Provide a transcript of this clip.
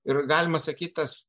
ir galima sakyt tas